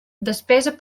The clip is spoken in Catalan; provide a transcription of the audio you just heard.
despesa